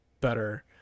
better